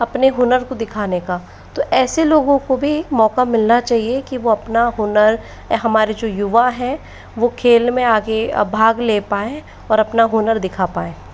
अपने हुनर को दिखाने का तो ऐसे लोगों को भी मौका मिलना चाहिए की वह अपना हुनर हमारे जो युवा हैं वो खेल में आगे भाग ले पाए और अपना हुनर दिखा पाए